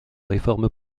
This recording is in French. réforme